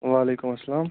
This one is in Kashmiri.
وعلیکُم السلام